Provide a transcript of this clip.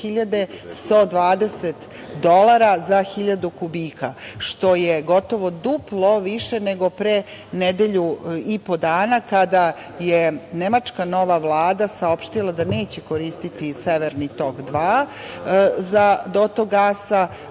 2.120 dolara za hiljadu kubika, što je gotovo duplo više nego pre nedelju i po dana, kada je nemačka nova Vlada saopštila da neće koristiti „Severni tok 2“ za dotok gasa